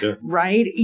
Right